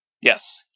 yes